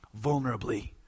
vulnerably